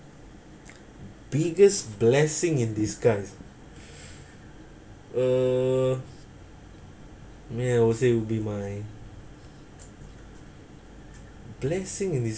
biggest blessing in disguise uh ya I would say be my blessing in